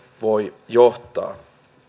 voi johtaa